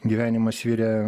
gyvenimas virė